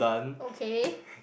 okay